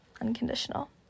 unconditional